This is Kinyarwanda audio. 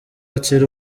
akiri